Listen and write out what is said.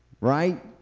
right